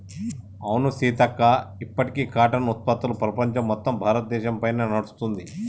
అవును సీతక్క ఇప్పటికీ కాటన్ ఉత్పత్తులు ప్రపంచం మొత్తం భారతదేశ పైనే నడుస్తుంది